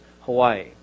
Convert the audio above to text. Hawaii